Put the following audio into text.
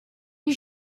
you